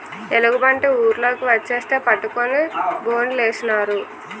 ఎలుగుబంటి ఊర్లోకి వచ్చేస్తే పట్టుకొని బోనులేసినారు